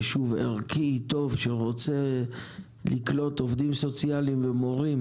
יישוב ערכי טוב שרוצה לקלוט עובדים סוציאליים ומורים,